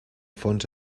fonts